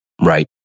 Right